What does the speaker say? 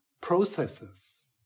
processes